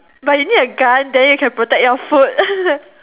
but you need a gun then you can protect your food